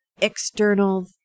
external